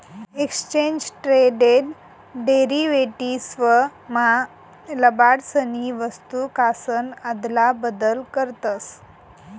exchange traded derivatives मा लबाडसनी वस्तूकासन आदला बदल करतस